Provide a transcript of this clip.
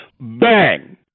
Bang